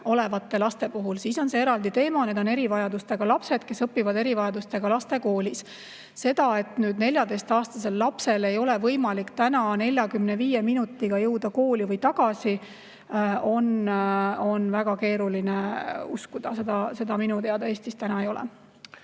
olevatest lastest, siis on see eraldi teema. Need on erivajadustega lapsed, kes õpivad erivajadustega laste koolis. Seda, et 14-aastasel lapsel ei ole võimalik 45 minutiga jõuda kooli või tagasi, on väga keeruline uskuda. Sellist asja minu teada Eestis praegu ei ole.